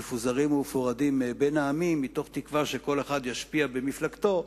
מפוזרים ומפורדים בין העמים מתוך תקווה שכל אחד ישפיע במפלגתו,